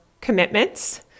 commitments